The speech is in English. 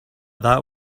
that